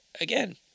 Again